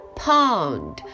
pond